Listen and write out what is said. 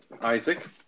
Isaac